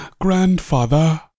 grandfather